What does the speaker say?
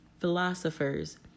philosophers